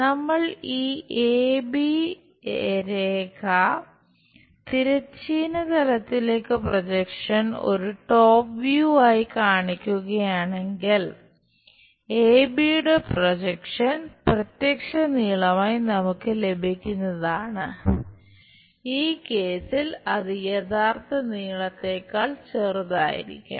നമ്മൾ ഈ A B അത് യഥാർത്ഥ നീളത്തേക്കാൾ ചെറുതായിരിക്കും